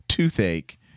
Toothache